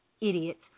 Idiots